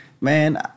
man